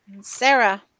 Sarah